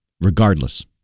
regardless